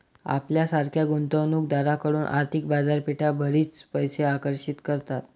आपल्यासारख्या गुंतवणूक दारांकडून आर्थिक बाजारपेठा बरीच पैसे आकर्षित करतात